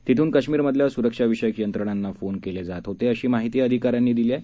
तिथून काश्मीरमधल्या सुरक्षाविषयक यंत्रणांना फोन केले जात होते अशी माहिती अधिकाऱ्यांनी दिली आहे